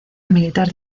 militar